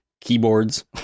keyboards